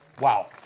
Wow